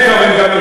מה, אתם תקבעו לנו